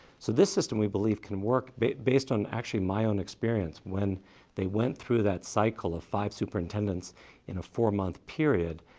so this system, we believe, can work based based on actually my own experience. when they went through that cycle of five superintendents in a four-month period,